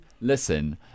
listen